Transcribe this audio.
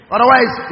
Otherwise